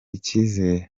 icyizere